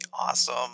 awesome